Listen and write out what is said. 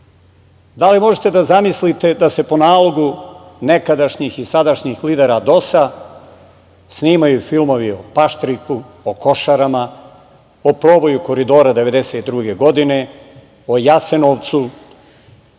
Da li možete da zamislite da se po nalogu nekadašnjih i sadašnjih lidera DOS-a snimaju filmovi o Paštriku, o Košarama, o proboju Koridora 1992. godine, o Jasenovcu